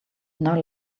now